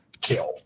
kill